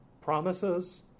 promises